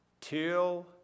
till